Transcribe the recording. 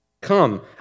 Come